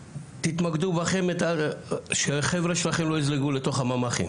תתמקדו בכם שהחבר'ה שלכם לא יזלגו לתוך הממ"חים,